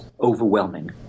overwhelming